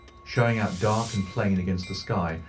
showing out dark and plain against the sky,